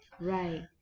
right